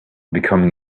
becoming